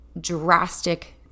drastic